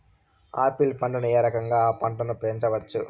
Apple పంటను ఏ రకంగా అ పంట ను పెంచవచ్చు?